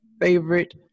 favorite